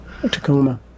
Tacoma